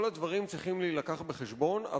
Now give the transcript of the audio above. כל הדברים צריכים להיות מובאים בחשבון,